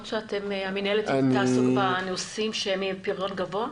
שהמינהלת תעסוק בנושאים שהם עם פריון גבוה?